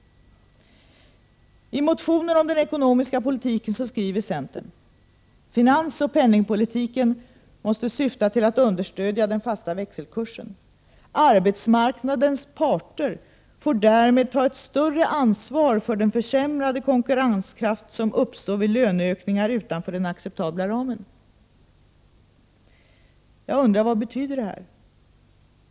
I er motion om den ekonomiska politiken skriver ni: ”Finansoch penningpolitiken måste syfta till att understödja den fasta växelkursen. Arbetsmarknadens parter får därmed ta ett större ansvar för den försämrade konkurrenskraft som uppstår vid löneökningar utanför den acceptabla ramen.” Jag undrar: Vad betyder detta?